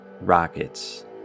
rockets